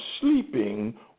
sleeping